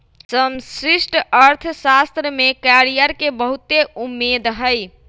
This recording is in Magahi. समष्टि अर्थशास्त्र में कैरियर के बहुते उम्मेद हइ